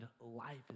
life